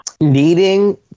Needing